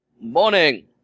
morning